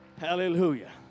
Hallelujah